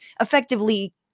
effectively